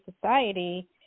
society